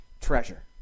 treasure